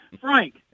Frank